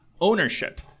ownership